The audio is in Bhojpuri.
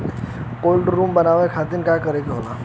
कोल्ड रुम बनावे खातिर का करे के होला?